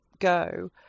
go